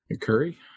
curry